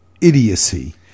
idiocy